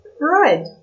Right